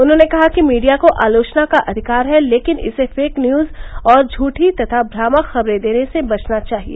उन्होंने कहा कि मीडिया को आलोचना का अधिकार है लेकिन इसे फेक न्यूज और झूठी तथा भ्रामक खबरें देने से बचना चाहिए